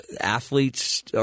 athletes